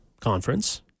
conference